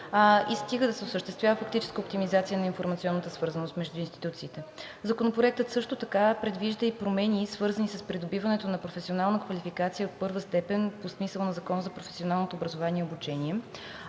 и стига да се осъществява фактическа оптимизация на информационната свързаност между институциите. Законопроектът също така предвижда и промени, свързани с придобиването на професионална квалификация от първа степен по смисъла на Закона за професионалното образование и обучение.